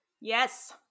Yes